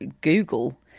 Google